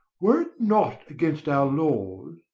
were it not against our laws,